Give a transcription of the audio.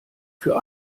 für